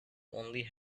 only